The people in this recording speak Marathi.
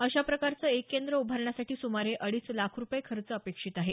अशा प्रकारचं एक केंद्र उभारण्यासाठी सुमारे अडीच लाख रुपये खर्च अपेक्षित आहे